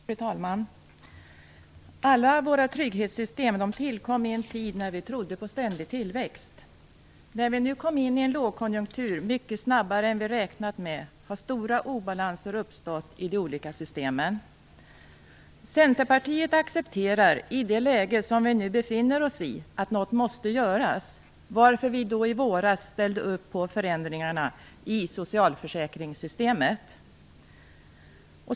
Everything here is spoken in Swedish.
Fru talman! Alla våra trygghetssystem tillkom i en tid när vi trodde på ständig tillväxt. När vi nu kommit in i en lågkonjunktur mycket snabbare än vi räknat med har stora obalanser uppstått i de olika systemen. Centerpartiet accepterar att något måste göras i det läge vi nu befinner oss i, varför vi i våras ställde upp på förändringarna i socialförsäkringssystemet.